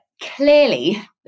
Clearly